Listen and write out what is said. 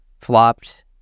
flopped